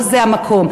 לא זה המקום.